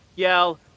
yell,